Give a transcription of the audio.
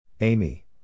Amy